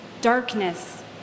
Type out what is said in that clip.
darkness